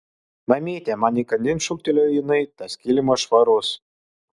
mamyte man įkandin šūktelėjo jinai tas kilimas švarus